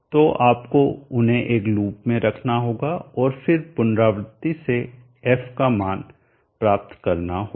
तो आपको उन्हें एक लूप में रखना होगा और फिर पुनरावृति से f का मान प्राप्त करना होगा